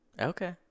Okay